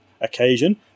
occasion